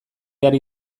behar